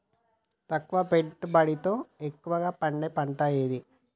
తక్కువ పెట్టుబడితో ఎక్కువగా పండే పంట ఏది?